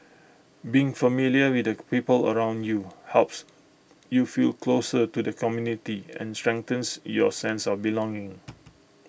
being familiar with the people around you helps you feel closer to the community and strengthens your sense of belonging